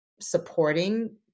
supporting